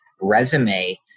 resume